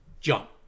jump